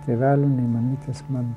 tėvelių nei mamytės man